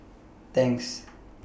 Tangs